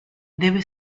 debe